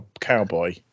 cowboy